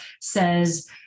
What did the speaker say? says